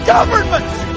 Governments